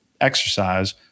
exercise